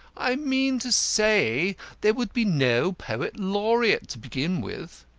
i mean to say there would be no poet laureate to begin with.